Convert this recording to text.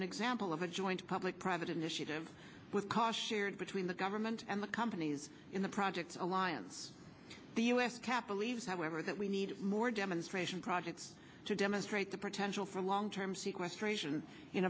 an example of a joint public private initiative with cars shared between the government and the companies in the projects alliance the u s capitol eaves however that we need more demonstration projects to demonstrate the potential for long term seaque